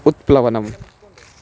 उत्प्लवनम्